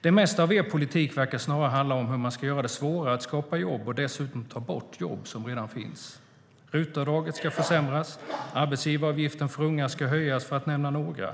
Det mesta av er politik verkar snarare handla om hur man ska göra det svårare att skapa jobb och dessutom ta bort jobb som redan finns. RUT-avdraget ska försämras och arbetsgivaravgiften för unga ska höjas, för att nämna några.